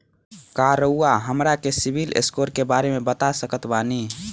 का रउआ हमरा के सिबिल स्कोर के बारे में बता सकत बानी?